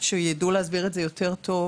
שידעו להסביר את זה יותר טוב,